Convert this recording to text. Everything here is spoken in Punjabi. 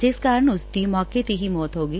ਜਿਸ ਕਾਰਨ ਉਸਦੀ ਮੌਕੇ ਤੇ ਹੀ ਮੌਤ ਹੋ ਗਈ